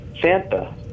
Santa